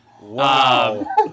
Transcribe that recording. Wow